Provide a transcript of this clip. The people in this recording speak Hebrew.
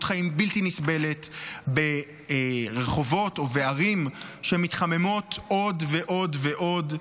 חיים בלתי נסבלת ברחובות ובערים שמתחממות עוד ועוד ועוד,